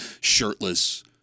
shirtless